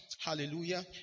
Hallelujah